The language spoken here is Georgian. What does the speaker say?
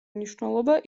მნიშვნელობა